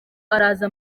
araza